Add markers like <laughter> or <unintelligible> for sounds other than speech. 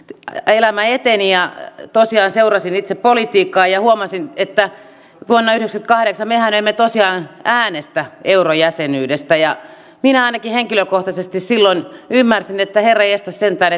elämä eteni ja tosiaan seurasin itse politiikkaa ja huomasin että vuonna yhdeksänkymmentäkahdeksan mehän emme tosiaan äänestäneet eurojäsenyydestä ja minä ainakin henkilökohtaisesti silloin ymmärsin että herranjestas sentään <unintelligible>